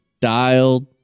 dialed